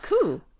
cool